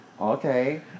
Okay